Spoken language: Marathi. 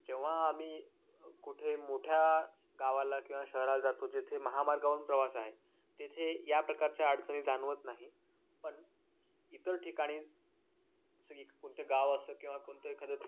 जेव्हा आम्ही कुठे मोठ्या गावाला किंवा शहराला जातो जिथे महामार्गाहून प्रवास आहे तिथे या प्रकारच्या अडचणी जाणवत नाही पण इतर ठिकाणी असं एक कोणतं गाव असो किंवा कोणतं एखादं